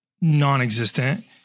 non-existent